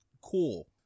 Cool